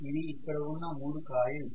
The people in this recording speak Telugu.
ఇవి ఇక్కడ ఉన్న మూడు కాయిల్స్